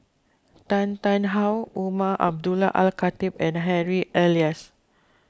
Tan Tarn How Umar Abdullah Al Khatib and Harry Elias